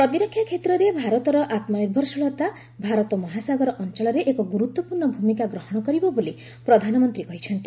ପ୍ରତିରକ୍ଷା ଷେତ୍ରରେ ଭାରତର ଆତ୍କନିର୍ଭରଶୀଳତା ଭାରତ ମହାସାଗର ଅଞ୍ଚଳରେ ଏକ ଗୁରୁତ୍ୱପୂର୍ଣ୍ଣ ଭୂମିକା ଗ୍ରହଣ କରିବ ବୋଲି ପ୍ରଧାନମନ୍ତ୍ରୀ କହିଛନ୍ତି